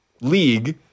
league